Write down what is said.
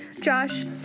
Josh